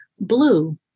Blue